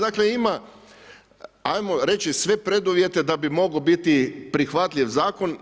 Dakle ima ajmo reći sve preduvjete da bi mogao biti prihvatljiv zakon.